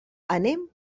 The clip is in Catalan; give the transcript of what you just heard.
anem